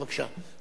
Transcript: בבקשה.